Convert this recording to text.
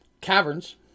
caverns